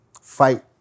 fight